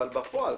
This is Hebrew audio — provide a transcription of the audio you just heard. אבל בפועל,